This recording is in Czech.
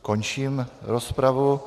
Končím rozpravu.